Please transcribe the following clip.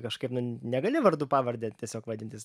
kažkaip negali vardu pavarde tiesiog vadintis